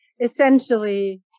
essentially